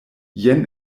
jen